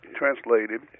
translated